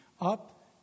up